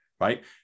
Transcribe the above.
right